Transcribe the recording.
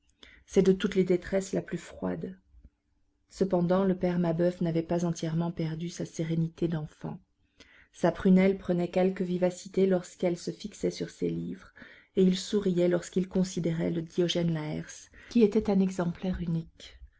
c'est de toutes les détresses la plus froide cependant le père mabeuf n'avait pas entièrement perdu sa sérénité d'enfant sa prunelle prenait quelque vivacité lorsqu'elle se fixait sur ses livres et il souriait lorsqu'il considérait le diogène laërce qui était un exemplaire unique